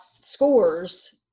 scores